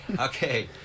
okay